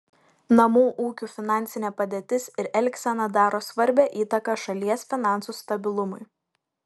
namų ūkių finansinė padėtis ir elgsena daro svarbią įtaką šalies finansų stabilumui